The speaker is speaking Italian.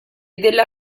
della